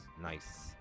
Nice